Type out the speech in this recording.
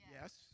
Yes